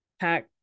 pack